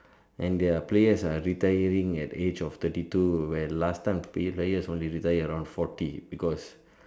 and their players are retiring at the age of thirty two where last time players only retire around forty because